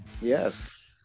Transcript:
Yes